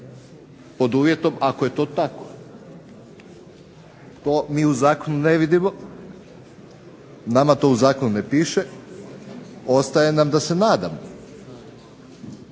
pod uvjetom ako je to tako. To mi u Zakonu ne vidimo, nama to u Zakonu ne piše, ostaje nam da se nadamo.